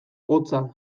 hotza